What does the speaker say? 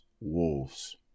wolves